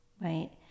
Right